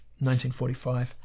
1945